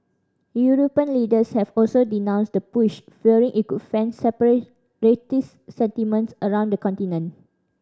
European leaders have also denounced the push fearing it could fan sentiments around the continent